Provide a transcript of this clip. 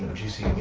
juicy,